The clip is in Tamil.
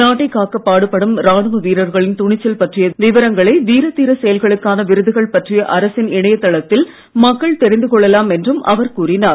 நாட்டைக் காக்கப் பாடுபடும் ராணுவ வீரர்களின் துணிச்சல் பற்றிய விவரங்களை வீர தீர செயல்களுக்கான விருதுகள் பற்றிய அரசின் இணையதளத்தில் மக்கள் தெரிந்து கொள்ளலாம் என்றும் அவர் கூறினார்